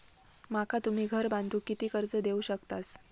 माका तुम्ही घर बांधूक किती कर्ज देवू शकतास?